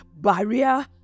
barrier